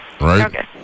Right